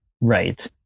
Right